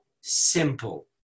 simple